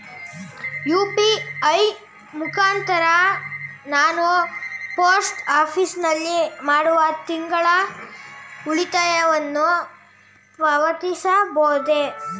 UPI ಮುಖಾಂತರ ನಾನು post office ನಲ್ಲಿ ಮಾಡುವ ತಿಂಗಳ ಉಳಿತಾಯವನ್ನು ಪಾವತಿಸಬಹುದೇ?